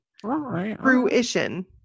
Fruition